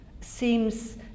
seems